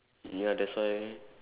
ya that's why